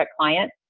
client